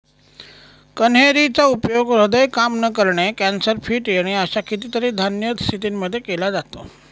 कन्हेरी चा उपयोग हृदय काम न करणे, कॅन्सर, फिट येणे अशा कितीतरी अन्य स्थितींमध्ये केला जातो